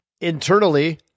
internally-